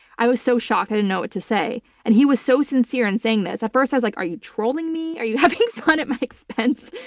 i was so shocked i didn't know what to say and he was so sincere in saying this. at first, i was like are you trolling me? are you having fun at my expense?